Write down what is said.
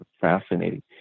fascinating